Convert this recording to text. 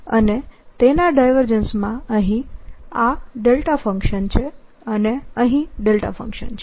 અને તેના ડાયવર્જન્સમાં અહીં આ ડેલ્ટા ફંક્શન છે અને અહીં ડેલ્ટા ફંક્શન છે